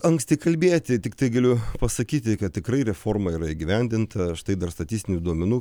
anksti kalbėti tiktai galiu pasakyti kad tikrai reforma yra įgyvendinta štai dar statistinių duomenų